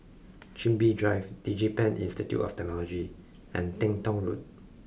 Chin Bee Drive DigiPen Institute of Technology and Teng Tong Road